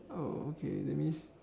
oh okay that means